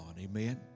Amen